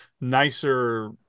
nicer